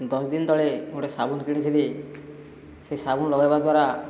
ଦଶ ଦିନ ତଳେ ଗୋଟିଏ ସାବୁନ କିଣିଥିଲି ସେ ସାବୁନ ଲଗାଇବା ଦ୍ୱାରା